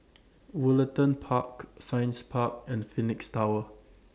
Woollerton Park Science Park and Phoenix Tower